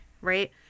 right